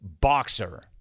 boxer